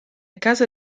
casa